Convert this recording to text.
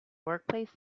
workplace